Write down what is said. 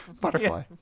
Butterfly